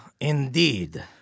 Indeed